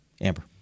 Amber